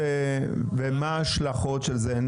ומה השלכות של זה?